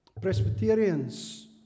Presbyterians